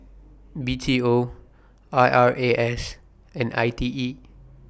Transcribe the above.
B T O I R A S and I T E